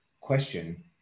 question